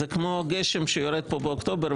זה כמו גשם שיורד פה באוקטובר,